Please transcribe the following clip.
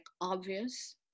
obvious